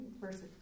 verses